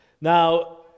Now